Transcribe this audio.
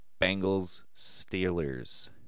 Bengals-Steelers